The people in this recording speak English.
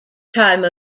time